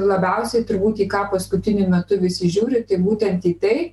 labiausiai turbūt į ką paskutiniu metu visi žiūri tai būtent į tai